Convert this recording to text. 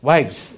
Wives